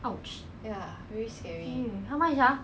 !ouch! mm how much sia